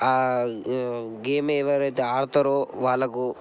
game ఎవరైతే ఆడతారో వాళ్ళకు